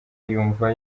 yumva